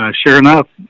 ah sure enough,